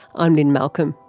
i'm lynne malcolm.